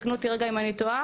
תקנו אותי אם אני טועה,